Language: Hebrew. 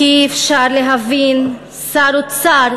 כי אי-אפשר להבין שר אוצר,